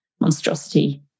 monstrosity